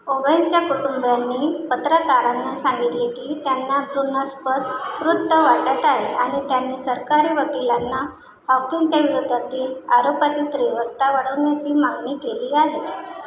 ओवनच्या कुटुंबियांनी पत्रकारांना सांगितले की त्यांना घृणास्पद कृत्य वाटत आहे आणि त्यांनी सरकारी वकिलांना हॉकिनच्या विरोधातील आरोपांची तीव्रता वाढवण्याची मागणी केली आहे